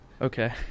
Okay